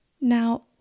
Now